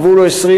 הגבול הוא 20,000,